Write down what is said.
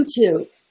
YouTube